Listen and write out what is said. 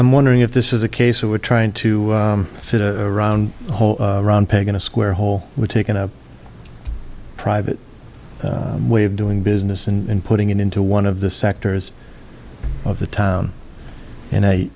i'm wondering if this is a case of we're trying to fit a round hole round peg in a square hole we're taking a private way of doing business and putting it into one of the sectors of the town and i